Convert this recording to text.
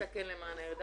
מה הוא עושה למען העיר?